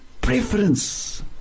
preference